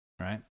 right